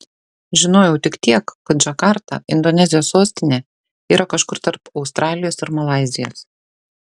žinojau tik tiek kad džakarta indonezijos sostinė yra kažkur tarp australijos ir malaizijos